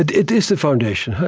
it it is the foundation,